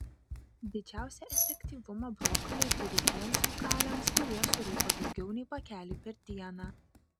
didžiausią efektyvumą brokoliai turi tiems rūkaliams kurie surūko daugiau nei pakelį per dieną